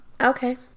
Okay